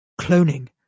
cloning